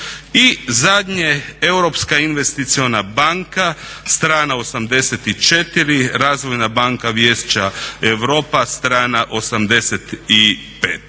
I zadnje, Europska investicijska banka, strana 84, Razvojna banka Vijeća Europe strana 85.